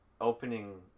opening